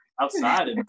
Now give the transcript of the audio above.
outside